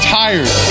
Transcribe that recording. tired